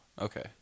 Okay